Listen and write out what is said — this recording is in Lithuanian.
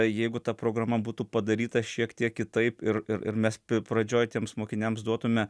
jeigu ta programa būtų padaryta šiek tiek kitaip ir ir mes pradžioj tiems mokiniams duotume